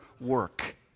work